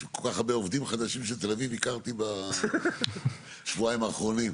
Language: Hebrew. כל כך הרבה עובדים חדשים של תל אביב הכרתי בשבועיים האחרונים.